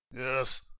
Yes